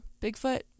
Bigfoot